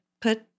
put